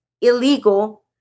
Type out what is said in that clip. illegal